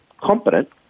competent